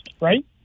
Right